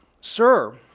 Sir